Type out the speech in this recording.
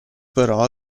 però